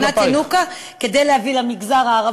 אני בנושא תרבות הבאתי את תקנת ינוקא כדי להביא למגזר הערבי,